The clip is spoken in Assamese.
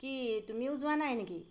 কি তুমিও যোৱা নাই নেকি